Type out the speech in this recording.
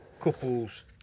couples